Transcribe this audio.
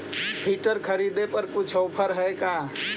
Filter खरिदे पर कुछ औफर है का?